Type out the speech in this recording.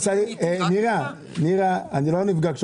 לדיון הזה